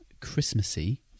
Christmassy